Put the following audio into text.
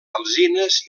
alzines